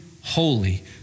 holy